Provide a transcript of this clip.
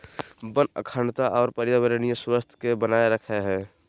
वन अखंडता और पर्यावरणीय स्वास्थ्य के बनाए रखैय हइ